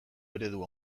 eredu